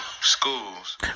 schools